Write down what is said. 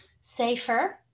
safer